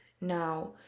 Now